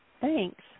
Thanks